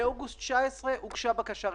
באוגוסט 2019 הוגשה בקשה רשמית.